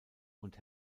und